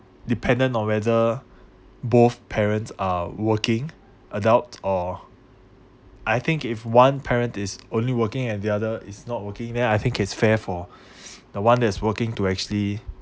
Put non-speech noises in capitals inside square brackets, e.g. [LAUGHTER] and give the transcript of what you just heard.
dependent on whether both parents are working adults or I think if one parent is only working and the other is not working then I think it's fair for [BREATH] the one that is working to actually